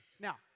Now